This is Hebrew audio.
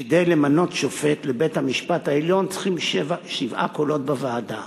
שכדי למנות שופט לבית-המשפט העליון צריכים שבעה קולות בוועדה.